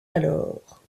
alors